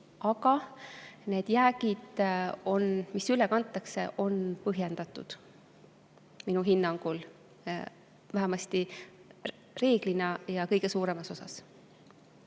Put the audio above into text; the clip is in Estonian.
Aga need jäägid, mis üle kantakse, on põhjendatud minu hinnangul, vähemasti reeglina ja suuremas osas.